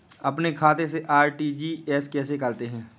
अपने खाते से आर.टी.जी.एस कैसे करते हैं?